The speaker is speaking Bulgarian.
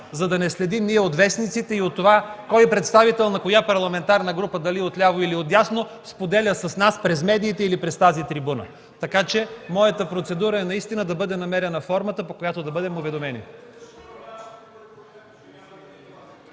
за да не следим ние от вестниците и от това кой представител на коя парламентарна група – дали отляво, или отдясно, споделя с нас през медиите или пред тази трибуна. Така, че моята процедура е наистина да бъде намерена формата, по която да бъдем уведомени.